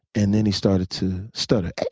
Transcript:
and then he started to stutter.